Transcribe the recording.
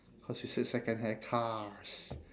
cause you said secondhand cars